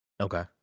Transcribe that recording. Okay